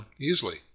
easily